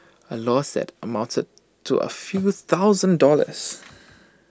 A loss that amounted to A few thousand dollars